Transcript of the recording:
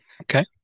Okay